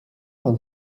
pan